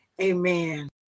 amen